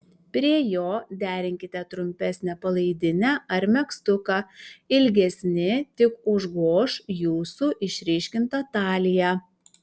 prie jo derinkite trumpesnę palaidinę ar megztuką ilgesni tik užgoš jūsų išryškintą taliją